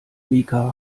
mika